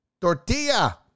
tortilla